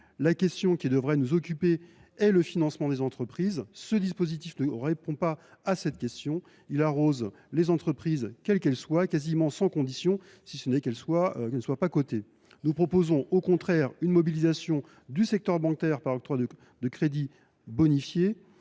La question qui devrait nous occuper est le financement des entreprises. Ce dispositif n’y répond pas : il arrose les entreprises quelles qu’elles soient, quasiment sans condition, si ce n’est qu’elles ne soient pas cotées. Pour notre part, nous proposons une mobilisation du secteur bancaire par l’octroi de crédits bonifiés